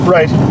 Right